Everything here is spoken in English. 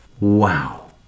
Wow